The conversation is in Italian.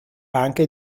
anche